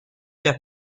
der